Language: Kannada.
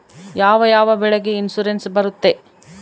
ಯಾವ ಯಾವ ಬೆಳೆಗೆ ಇನ್ಸುರೆನ್ಸ್ ಬರುತ್ತೆ?